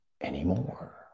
anymore